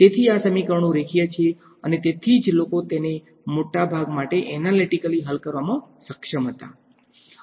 તેથી આ સમીકરણો રેખીય છે અને તેથી જ લોકો તેને મોટા ભાગ માટે એનાલીટીકલી હલ કરવામાં સક્ષમ હતા